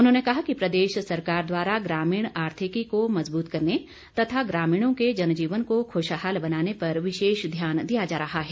उन्होंने कहा कि प्रदेश सरकार द्वारा ग्रामीण आर्थिकी को मजबूत करने तथा ग्रामीणों के जनजीवन को खुशहाल बनाने पर विशेष ध्यान दिया जा रहा है